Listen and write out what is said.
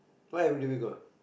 why have difficult